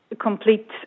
complete